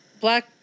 Black